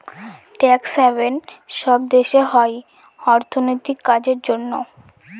tax haven সব দেশে হয় অর্থনীতির কাজের জন্য